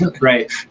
Right